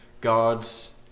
guards